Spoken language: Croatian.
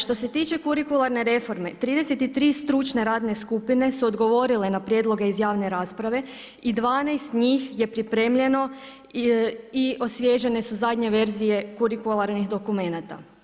Što se tiče kurikularne reforme 33 stručne radne skupine su odgovorile na prijedloge iz javne rasprave i 12 njih je pripremljeno i osvježene su zadnje verzije kurikularnih dokumenata.